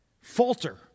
falter